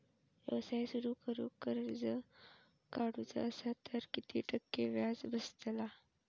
व्यवसाय सुरु करूक कर्ज काढूचा असा तर किती टक्के व्याज बसतला?